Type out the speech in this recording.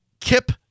Kip